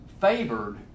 favored